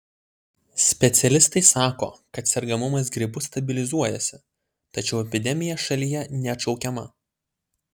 specialistai sako kad sergamumas gripu stabilizuojasi tačiau epidemija šalyje neatšaukiama